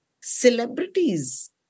celebrities